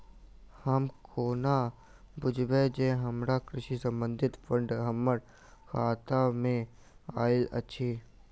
हम कोना बुझबै जे हमरा कृषि संबंधित फंड हम्मर खाता मे आइल अछि?